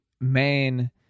main